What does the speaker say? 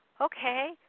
okay